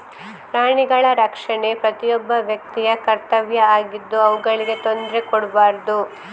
ಪ್ರಾಣಿಗಳ ರಕ್ಷಣೆ ಪ್ರತಿಯೊಬ್ಬ ವ್ಯಕ್ತಿಯ ಕರ್ತವ್ಯ ಆಗಿದ್ದು ಅವುಗಳಿಗೆ ತೊಂದ್ರೆ ಕೊಡ್ಬಾರ್ದು